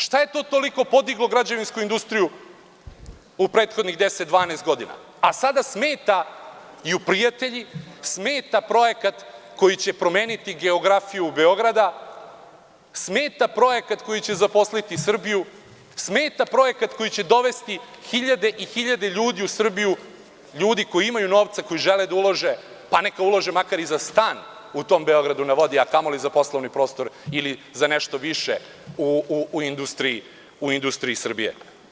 Šta je to toliko podiglo građevinsku industriju u prethodnih 10, 12 godina, a sada smetaju prijatelji, smeta projekat koji će promeniti geografiju Beograda, smeta projekat koji će zaposliti Srbiju, smeta projekat koji će dovesti hiljade i hiljade ljudi u Srbiju, ljudi koji imaju novca, koji žele da ulože, pa neka ulože makar i za stan u tom „Beogradu na vodi“, a kamo li za poslovni prostor ili za nešto više u industriji Srbije.